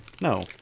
No